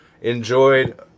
enjoyed